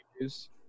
use